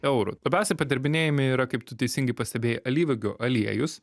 eurų labiausiai padirbinėjami yra kaip tu teisingai pastebėjai alyvuogių aliejus